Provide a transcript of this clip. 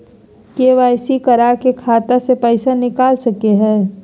KYC करा के खाता से पैसा निकल सके हय?